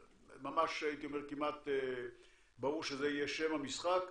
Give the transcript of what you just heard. ממש הייתי אומר שכמעט ברור שזה יהיה שם המשחק,